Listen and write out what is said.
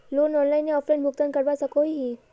Loan online या offline भुगतान करवा सकोहो ही?